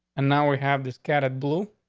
and now we have this cat it blue